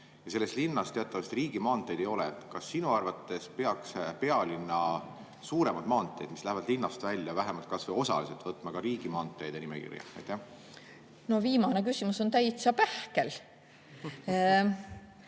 ja selles linnas riigimaanteid ei ole. Kas sinu arvates peaks pealinna suuremad maanteed, mis lähevad linnast välja, vähemalt kas või osaliselt võtma ka riigimaanteede nimekirja? No see viimane küsimus on täitsa pähkel.